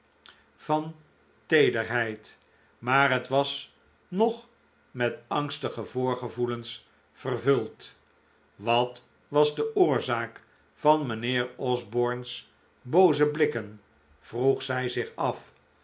overvan teederheid maar het was nog met angstige voorgevoelens vervuld wat was de oorzaak van mijnheer osborne's booze blikken vroeg zij zich af